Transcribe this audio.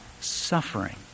suffering